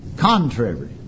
contrary